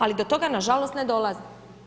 Ali do toga na žalost ne dolazi.